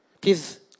Please